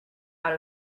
out